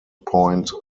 point